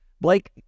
Blake